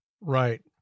Right